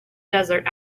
desert